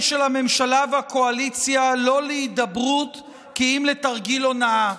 של הממשלה והקואליציה לא להידברות כי אם לתרגיל הונאה,